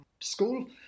school